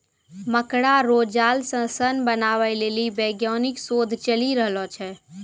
मकड़ा रो जाल से सन बनाबै लेली वैज्ञानिक शोध चली रहलो छै